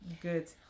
Good